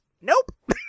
Nope